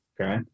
Okay